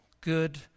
good